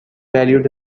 valued